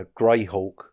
Greyhawk